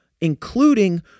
including